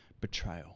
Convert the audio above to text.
betrayal